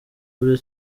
iburyo